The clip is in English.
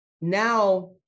now